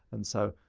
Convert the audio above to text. and so,